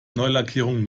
neulackierung